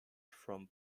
from